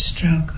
stroke